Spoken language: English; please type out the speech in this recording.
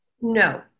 No